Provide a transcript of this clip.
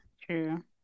true